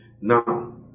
Now